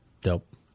Dope